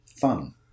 fun